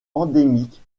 endémique